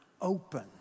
open